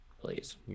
please